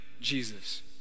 Jesus